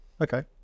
Okay